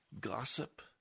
gossip